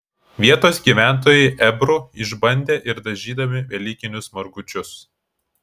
vietos gyventojai ebru išbandė ir dažydami velykinius margučius